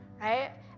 Right